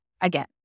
again